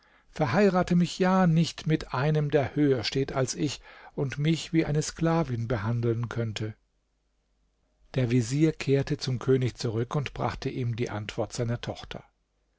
verheirate mich ja nicht mit einem der höher steht als ich und mich wie eine sklavin behandeln könnte der vezier kehrte zum könig zurück und brachte ihm die antwort seiner tochter